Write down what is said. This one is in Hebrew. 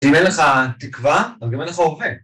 אם אין לך תקווה, אבל גם אין לך אוהב.